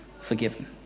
forgiven